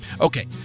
Okay